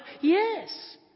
Yes